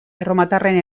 erromatarren